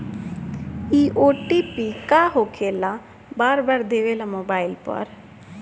इ ओ.टी.पी का होकेला बार बार देवेला मोबाइल पर?